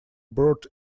brought